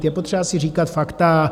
Je potřeba si říkat fakta.